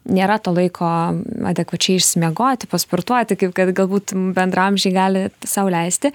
nėra to laiko adekvačiai išsimiegoti pasportuoti kaip kad galbūt bendraamžiai gali sau leisti